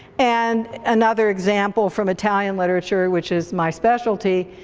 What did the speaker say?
and another example from italian literature, which is my specialty,